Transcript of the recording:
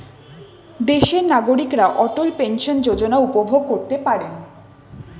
দেশের নাগরিকরা অটল পেনশন যোজনা উপভোগ করতে পারেন